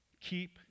Keep